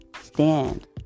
stand